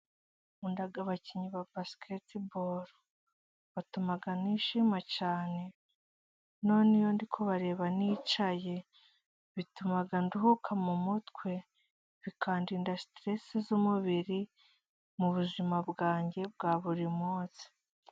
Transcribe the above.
Nkunda abakinnyi ba basiketibolu, batuma nishima cyane. Noneho iyo ndi kubareba nicaye, bituma nduhuka mu mutwe, bikandinda siteresi z'umubiri mu buzima bwanjye bwa buri munsi.